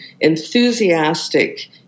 enthusiastic